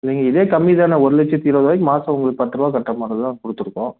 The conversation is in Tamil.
நீங்கள் இதே கம்மி தானே ஒரு லட்சத்தி இருபதாயரூவாய்க்கி மாசம் உங்களுக்கு பத்துரூபா கட்டுற மாதிரி தான் கொடுத்துருக்கோம்